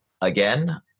again